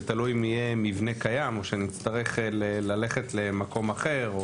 זה תלוי אם יהיה מבנה קיים או נצטרך ללכת למקום אחר.